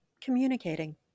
communicating